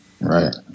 Right